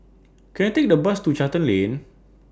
Can I Take A Bus to Charlton Lane